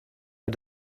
are